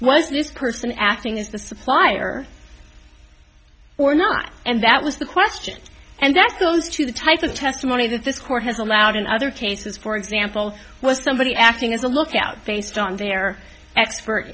was this person acting as the supplier or not and that was the question and that goes to the type of testimony that this court has allowed in other cases for example where somebody acting as a lookout based on their expert